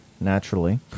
naturally